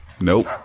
Nope